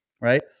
right